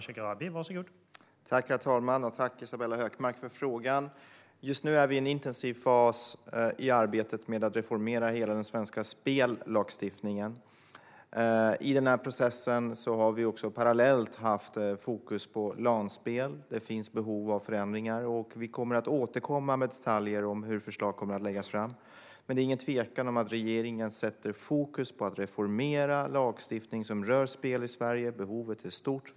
Herr talman! Tack, Isabella Hökmark, för frågan! Just nu är vi i en intensiv fas i arbetet med att reformera hela den svenska spellagstiftningen. I den processen har vi parallellt haft fokus på LAN-spel. Det finns behov av förändringar, och vi kommer att återkomma med detaljer om hur förslag kommer att läggas fram. Men det är inget tvivel om att regeringen sätter fokus på att reformera lagstiftning som rör spel i Sverige. Behovet är stort.